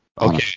Okay